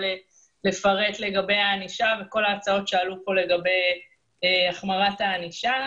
לפרט לגבי הענישה וכל ההצעות שעלו כאן לגבי החמרת הענישה.